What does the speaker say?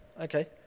okay